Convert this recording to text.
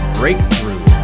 breakthrough